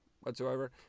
whatsoever